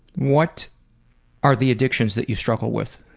what are the addictions that you struggle with?